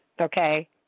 okay